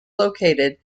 located